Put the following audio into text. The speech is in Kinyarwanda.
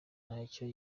ntacyo